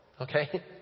okay